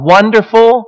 Wonderful